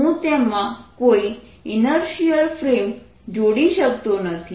અને તેથી હું તેમાં કોઈ ઇનર્શિયલ ફ્રેમ જોડી શકતો નથી